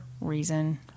reason